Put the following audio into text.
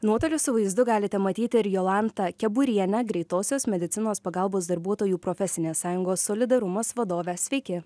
nuotoliu su vaizdu galite matyti ir jolantą keburienę greitosios medicinos pagalbos darbuotojų profesinės sąjungos solidarumas vadovę sveiki